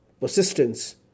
persistence